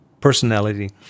personality